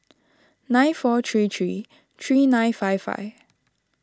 nine four three three three nine five five